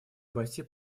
обойти